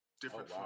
Different